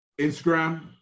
Instagram